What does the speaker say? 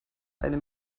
eine